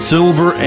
Silver